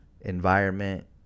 environment